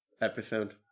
episode